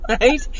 Right